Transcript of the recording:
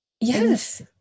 Yes